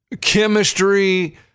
chemistry